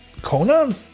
Conan